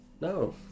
No